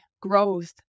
growth